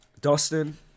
Dustin